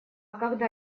когда